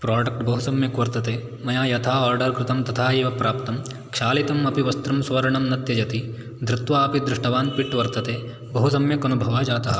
product बहु सम्यक् वर्तते मया यथा आर्डर् कृतं तथा एव प्राप्तं क्षालितमपि वस्त्रं स्ववर्णं न त्यजति धृत्वापि दृष्टवान् फिट् वर्तते बहु सम्यक् अनुभवः जातः